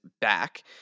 back